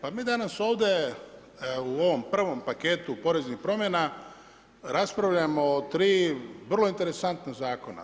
Pa mi danas ovdje u ovom prvom paketu poreznih promjena raspravljamo o tri vrlo interesantna zakona.